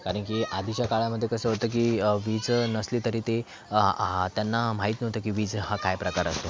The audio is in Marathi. कारण की आधीच्या काळामध्ये कसं होतं की वीज नसली तरी ते हा त्यांना माहीत नव्हतं की वीज हा काय प्रकार असतो